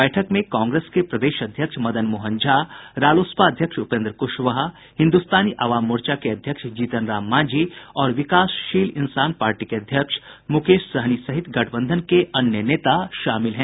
बैठक में कांग्रेस के प्रदेश अध्यक्ष मदन मोहन झा रालोसपा अध्यक्ष उपेन्द्र कुशवाहा हिन्दुस्तानी अवाम मोर्चा के अध्यक्ष जीतन राम मांझी और विकासशील इंसान पार्टी के अध्यक्ष मुकेश सहनी सहित गठबंधन के अन्य नेता शामिल हैं